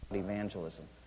evangelism